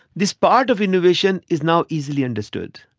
this part of innovation is now easily understood.